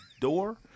door